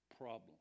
problem